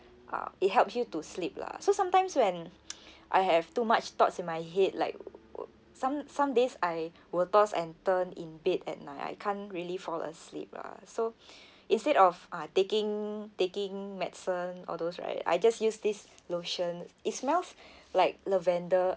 uh it helps you to sleep lah so sometimes when I have too much thoughts in my head like some some days I will toss and turn in bed at night I can't really fall asleep lah so instead of uh taking taking medicine all those right I just use this lotion it smells like lavender